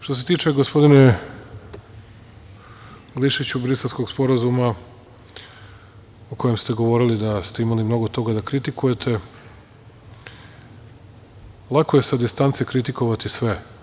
Što se tiče, gospodine Glišiću, Briselskog sporazuma o kojem ste govorili da ste imali mnogo toga da kritikujete, lako je sa distance kritikovati sve.